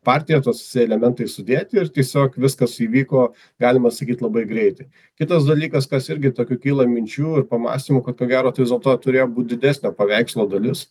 partija tos elementai sudėti ir tiesiog viskas įvyko galima sakyt labai greitai kitas dalykas kas irgi tokių kyla minčių ir pamąstymų kad ko gero tai vis dėlto turėjo būt didesnio paveikslo dalis